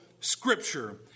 scripture